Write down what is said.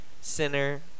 sinner